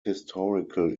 historical